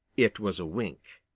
it was a wink.